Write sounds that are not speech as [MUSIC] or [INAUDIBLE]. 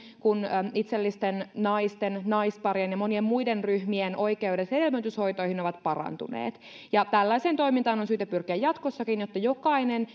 kun itsellisten naisten naisparien ja monien muiden ryhmien oikeudet hedelmöityshoitoihin ovat parantuneet tällaiseen toimintaan on syytä pyrkiä jatkossakin jotta jokainen [UNINTELLIGIBLE]